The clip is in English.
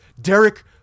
Derek